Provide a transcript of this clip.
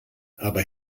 aber